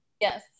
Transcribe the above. Yes